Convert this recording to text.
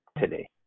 today